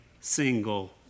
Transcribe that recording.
single